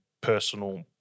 personal